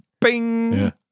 Bing